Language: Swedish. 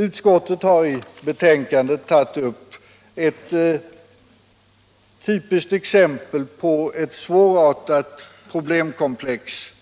Utskottet har i betänkandet tagit upp ett typiskt exempel på ett svårartat problemkomplex,